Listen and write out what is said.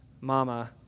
mama